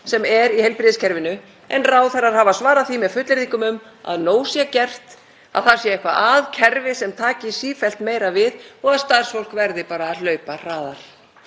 sem er í heilbrigðiskerfinu en ráðherrar hafa svarað því með fullyrðingum um að nóg sé gert, að það sé eitthvað að kerfi sem taki sífellt meira við og að starfsfólk verði bara að hlaupa hraðar.